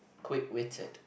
quick waited